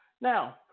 Now